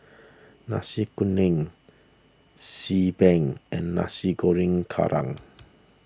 Nasi Kuning Xi Ban and Nasi Goreng Kerang